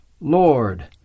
Lord